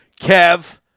Kev